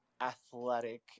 athletic